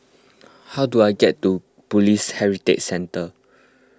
how do I get to Police Heritage Centre